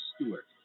Stewart